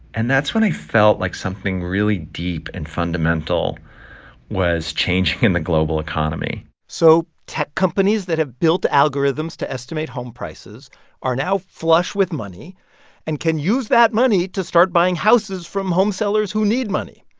and that's when i felt like something really deep and fundamental was changing in the global economy so tech companies that have built algorithms to estimate home prices are now flush with money and can use that money to start buying houses from home sellers who need money.